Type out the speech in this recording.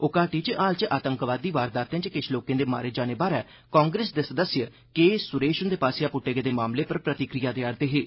ओह् घाटी च हाल च आतंकवादी वारदातें च किश लोकें दे मारे जाने बारै कांग्रेस दे सदस्य के सुरेश हुंदे आसेआ पुट्टे गेदे मामले पर प्रतिक्रिया देआ'रदे हे